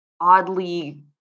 oddly